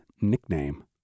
nickname